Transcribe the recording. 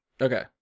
Okay